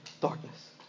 darkness